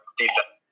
defense